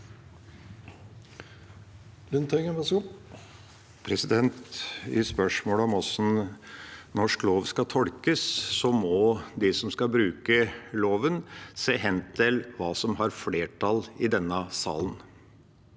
I spørsmålet om hvordan norsk lov skal tolkes, må de som skal bruke loven, se hen til hva som har flertall i denne salen.